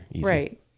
right